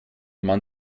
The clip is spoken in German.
man